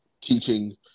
teaching